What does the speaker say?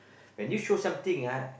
when you show something ah